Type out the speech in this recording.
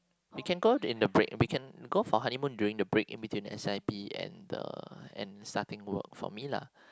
we can go in the break we can go for honeymoon during the break in between S_I_P and the and starting work for me lah